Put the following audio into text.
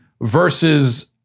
versus